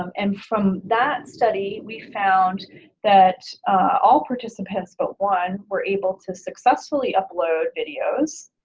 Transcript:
um and from that study we found that all participants but one were able to successfully upload videos.